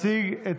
הצבעה.